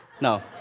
No